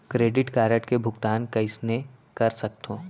Credit card के भुगतान कईसने कर सकथो?